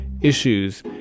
issues